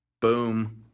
Boom